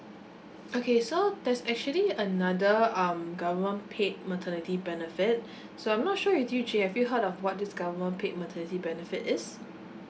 okay so there's actually another um government paid maternity benefit so I'm not sure if you actually have you heard of what this government paid maternity benefit is